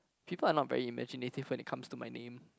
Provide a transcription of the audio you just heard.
people are not very imaginative when it comes to my name